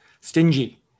stingy